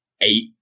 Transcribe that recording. eight